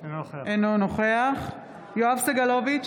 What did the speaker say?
אינו נוכח יואב סגלוביץ'